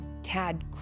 Tad